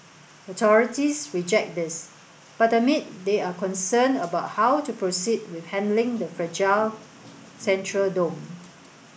authorities reject this but admit they are concerned about how to proceed with handling the fragile central dome